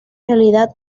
realidad